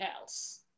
else